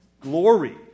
Glory